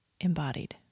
embodied